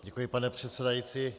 Děkuji, pane předsedající.